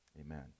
Amen